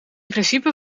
principe